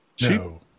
No